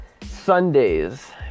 Sunday's